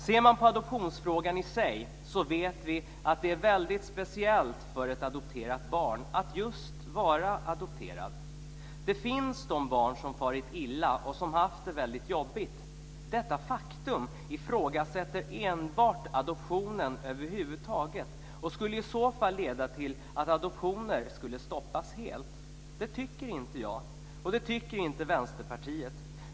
Ser man på adoptionsfrågan i sig vet vi att det är väldigt speciellt för ett adopterat barn att just vara adopterad. Det finns barn som farit illa och som haft det väldigt jobbigt. Detta faktum ifrågasätter enbart adoptionen över huvud taget och skulle i så fall kunna leda till att adoptioner skulle stoppas helt. Det tycker inte jag och Vänsterpartiet.